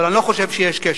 אבל אני לא חושב שיש קשר.